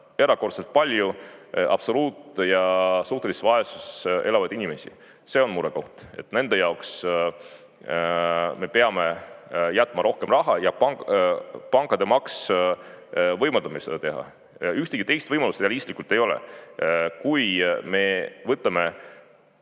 erakordselt palju absoluutses ja suhtelises vaesuses elavaid inimesi. See on murekoht. Nende jaoks me peame jätma rohkem raha ja pankade maks võimaldab meil seda teha. Ühtegi teist võimalust realistlikult ei ole. Kui me võtame